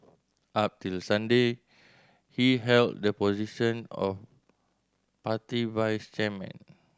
up till Sunday he held the position of party vice chairman